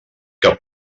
que